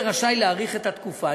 יהיה רשאי להאריך את התקופה.